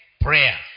prayer